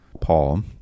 Paul